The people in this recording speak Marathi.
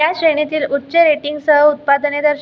या श्रेणीतील उच्च रेटिंगसह उत्पादने दर्श